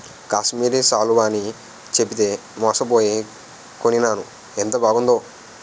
కాశ్మీరి శాలువ అని చెప్పితే మోసపోయి కొనీనాను ఎంత బాదగుందో